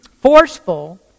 forceful